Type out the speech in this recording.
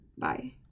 Bye